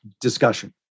discussion